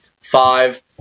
five